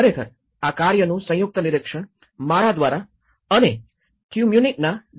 ખરેખર આ કાર્યનું સંયુક્ત નિરીક્ષણ મારા દ્વારા અને ટ્યુ મ્યુનિક ના ડો